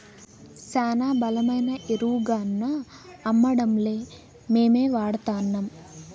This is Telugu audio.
శానా బలమైన ఎరువుగాన్నా అమ్మడంలే మేమే వాడతాన్నం